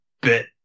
bit